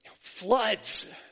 Floods